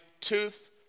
tooth